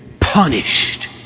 punished